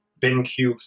BINQ